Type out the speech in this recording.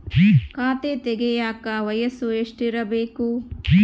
ಖಾತೆ ತೆಗೆಯಕ ವಯಸ್ಸು ಎಷ್ಟಿರಬೇಕು?